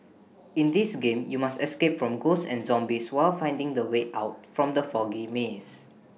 in this game you must escape from ghosts and zombies while finding the way out from the foggy maze